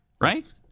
Right